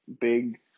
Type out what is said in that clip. big